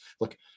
Look